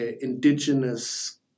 indigenous